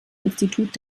institut